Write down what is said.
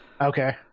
Okay